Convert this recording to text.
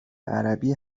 عربی